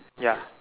ya